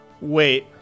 Wait